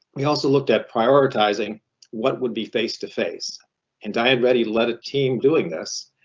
we also looked at prioritizing what would be face to face and diane reddy led a team doing this.